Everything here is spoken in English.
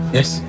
Yes